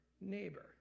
neighbor